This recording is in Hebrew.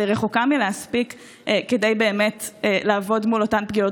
אבל היא רחוקה מלהספיק כדי באמת לעבוד מול אותן פגיעות